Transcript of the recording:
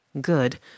Good